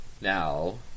Now